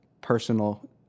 personal